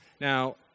Now